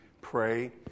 pray